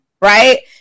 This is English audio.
right